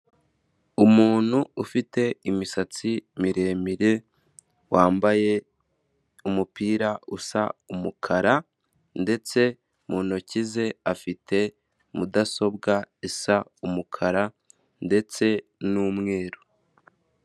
Umuntu ufite imisatsi miremire wambaye umupira usa umukara ndetse mu ntoki ze afite mudasobwa isa umukara ndetse n'umweru.